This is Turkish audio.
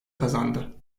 kazandı